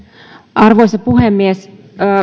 arvoisa puhemies